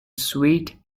sweet